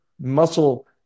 muscle